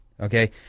Okay